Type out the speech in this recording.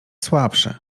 słabszy